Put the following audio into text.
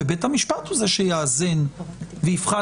ובית המשפט הוא זה שיאזן ויבחן,